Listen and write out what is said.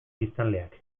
biztanleak